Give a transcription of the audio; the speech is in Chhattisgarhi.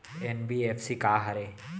एन.बी.एफ.सी का हरे?